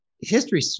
History